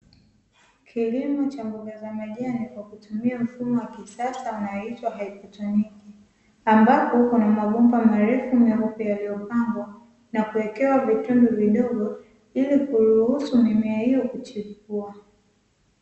Kilimo cha mboga za majani za kutumia mfumo wa kisasa unaitwa haidroponi, ambapo kuna mabomba marefu meupe yaliyopangwa na kuwekewa vitundu vidogo ili kuruhusu mimea hiyo kuchipua.